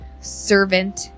servant